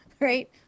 right